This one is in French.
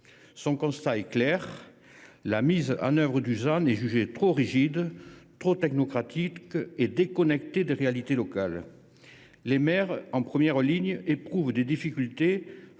Son constat est clair : la mise en œuvre du ZAN est jugée trop rigide, trop technocratique et déconnectée des réalités locales. Placés en première ligne, les maires éprouvent des difficultés face